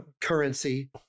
currency